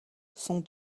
sont